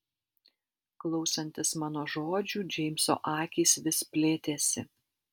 klausantis mano žodžių džeimso akys vis plėtėsi